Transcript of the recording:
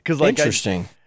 Interesting